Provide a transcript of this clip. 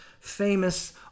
famous